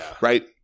right